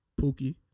Pookie